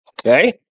okay